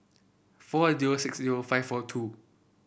four zero six zero five four two